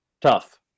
tough